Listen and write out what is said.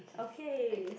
okay